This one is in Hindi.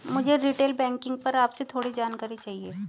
मुझे रीटेल बैंकिंग पर आपसे थोड़ी जानकारी चाहिए